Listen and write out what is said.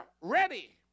ready